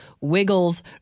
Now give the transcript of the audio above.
wiggles